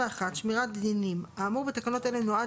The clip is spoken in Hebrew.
שמירת דינים 31. האמור בתקנות אלה נועד